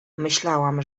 myślałam